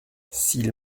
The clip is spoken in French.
s’il